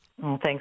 Thanks